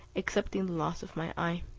excepting the loss of my eye.